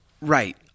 Right